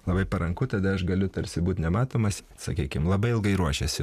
labai paranku tada aš galiu tarsi būt nematomas sakykim labai ilgai ruošiasi